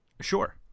Sure